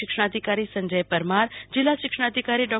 શિક્ષણાધિકારી સંજય પરમાર જીલ્લા શિક્ષણાધિકારી ડો